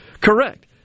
Correct